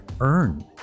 earn